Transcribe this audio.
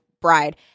bride